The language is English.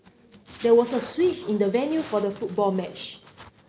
there was a switch in the venue for the football match